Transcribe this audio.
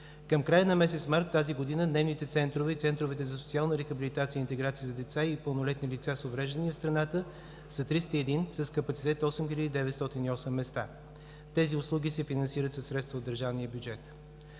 Към края на месец март тази година дневните центрове и центровете за социална рехабилитация и интеграция за деца и пълнолетни лица с увреждания в страната са 301 с капацитет 8908 места. Тези услуги се финансират със средства от държавния бюджет.